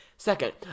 Second